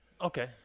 Okay